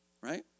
right